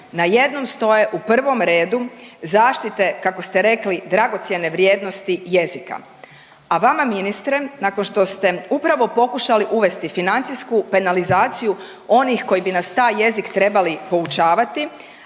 najednom stoje u prvom redu zaštite kako ste rekli dragocjene vrijednosti jezika. A vama ministre nakon što ste upravo pokušali uvesti financijsku penalizaciju onih koji bi nas ta j jezik trebali poučavati,